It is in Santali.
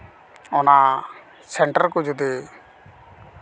ᱚᱱᱟ ᱥᱮᱱᱴᱟᱨ ᱠᱚ ᱡᱩᱫᱤ